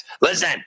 Listen